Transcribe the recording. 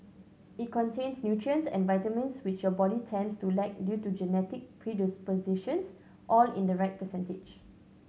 it contains nutrients and vitamins which your body tends to lack due to genetic predispositions all in the right percentage